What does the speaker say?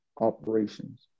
operations